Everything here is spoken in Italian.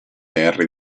henry